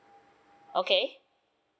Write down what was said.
okay